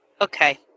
okay